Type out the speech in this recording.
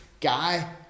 guy